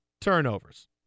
turnovers